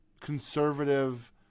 conservative